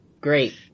Great